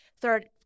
third